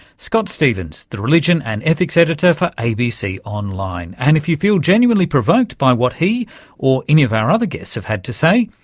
scott stephens, the religion and ethics editor for abc online. and if you feel genuinely provoked by what he or any of our other guests have had to say,